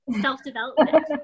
Self-development